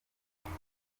ibyo